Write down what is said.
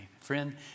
Friend